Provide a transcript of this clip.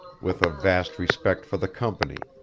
with a vast respect for the company,